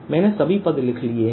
मैंने सभी पद लिख लिए हैं